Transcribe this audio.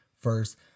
first